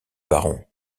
baron